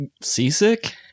seasick